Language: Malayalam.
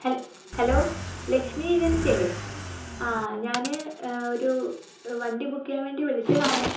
ഹല് ഹലോ ലക്ഷ്മി ഏജൻസി അല്ലേ അ ഞാൻ ഒരു വണ്ടി ബുക്ക് ചെയ്യാൻ വേണ്ടി വിളിച്ചതാണ്